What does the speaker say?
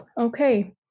Okay